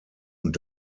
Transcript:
und